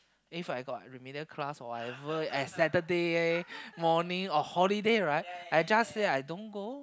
If I got remedial class or whatever at Saturday morning or holiday right I just say I don't go